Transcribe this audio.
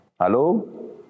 Hello